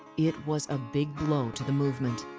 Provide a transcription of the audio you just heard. it was a big blow to the movement.